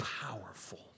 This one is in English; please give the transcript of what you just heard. powerful